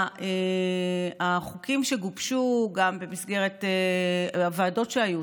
החוקים שגובשו גם במסגרת הוועדות שהיו,